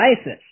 ISIS